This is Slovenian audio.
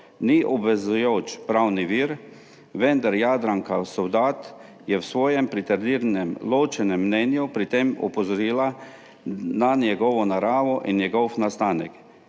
ni obvezujoč pravni vir, vendar Jadranka Sovdat je v svojem pritrdilnem ločenem mnenju pri tem opozorila na njegovo naravo in njegov nastanek.